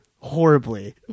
horribly